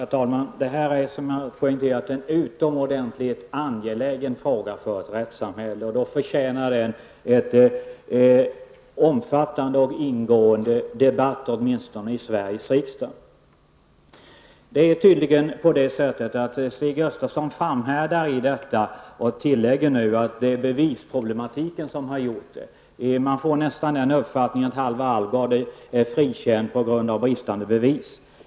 Herr talman! Detta är, som jag tidigare poängterat, en utomordentligt angelägen fråga för ett rättssamhälle. Den förtjänar en omfattande och ingående debatt, åtminstone i Sveriges riksdag. Stig Gustafsson framhärdar tydligen och tillägger att det är bevisproblematiken som gjort detta. Man får nästan uppfattningen att Halvar Alvgard är frikänd på grund av bristande bevis.